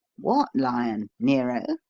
what lion nero?